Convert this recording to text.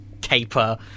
caper